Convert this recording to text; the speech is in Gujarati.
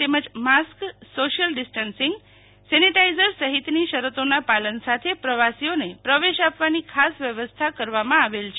તેમજ માસ્ક સોશ્યલ ડિસ્ટન્સિંગ સેનેટાઇઝર સહિતની શરતોના પાલન સાથે પ્રવાસીઓને પ્રવેશ આપવાની ખાસ વ્યવસ્થા કરવામાં આવેલ છે